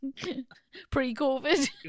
Pre-Covid